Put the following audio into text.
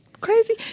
crazy